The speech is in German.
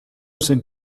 sind